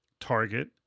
target